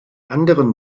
anderen